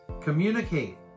communicate